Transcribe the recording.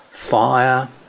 fire